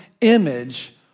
image